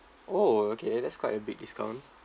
oh okay that's quite a big discount